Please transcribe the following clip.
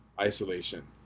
isolation